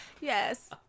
Yes